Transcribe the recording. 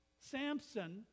Samson